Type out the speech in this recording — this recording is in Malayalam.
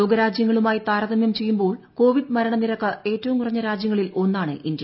ലോക രാജ്യങ്ങളുമായി താരതമൃം ചെയ്യുമ്പോൾ കോവിഡ് മരണ നിരക്ക് ഏറ്റവും കുറഞ്ഞ രാജ്യങ്ങളിൽ ഒന്നാണ് ഇന്ത്യ